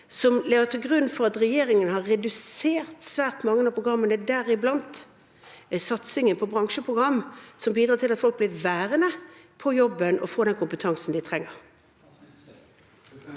som ligger til grunn for at regjeringen har redusert svært mange av programmene, deriblant satsingen på bransjeprogram, som bidrar til at folk blir værende på jobben og får den kompetansen de trenger?